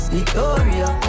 Victoria